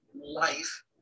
life